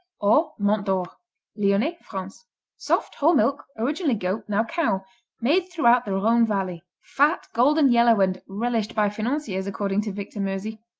or mont dore lyonnais, france soft whole milk originally goat, now cow made throughout the rhone valley. fat, golden-yellow and relished by financiers according to victor meusy.